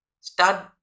Start